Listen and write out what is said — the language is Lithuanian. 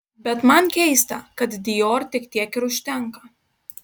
bet man keista kad dior tik tiek ir užtenka